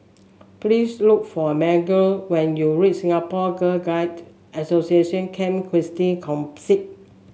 please look for Margy when you reach Singapore Girl Guides Association Camp Christine Campsite